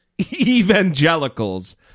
evangelicals